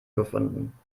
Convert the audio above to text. gefunden